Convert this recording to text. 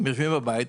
הם יושבים בבית.